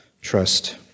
trust